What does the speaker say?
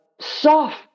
soft